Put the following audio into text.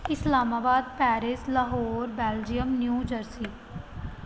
Islamabad Paris Lahore Belgium new jersey